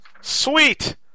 Sweet